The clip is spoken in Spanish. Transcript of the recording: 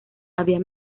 había